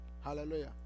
Hallelujah